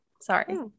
Sorry